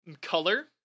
color